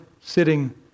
sitting